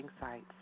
sites